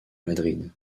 madrid